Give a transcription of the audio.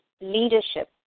leadership